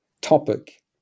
topic